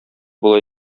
була